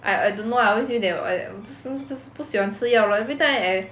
I I don't know lah I always feel that I 我就是就是不喜欢吃药 lor every time I